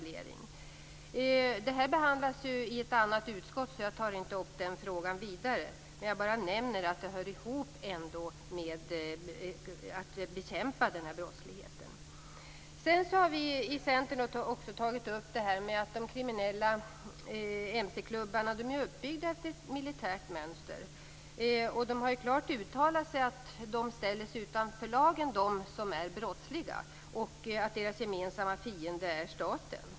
Den här frågan behandlas i ett annat utskott, så jag skall inte diskutera den vidare. Jag nämner att den hör ihop med bekämpandet av brottsligheten. Vi i Centern har tagit upp frågan om att de kriminella mc-klubbarna är uppbyggda efter militärt mönster. Klubbarna som utövar brottslig verksamhet har klart uttalat att de ställer sig utanför lagen och att deras gemensamma fiende är staten.